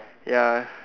ya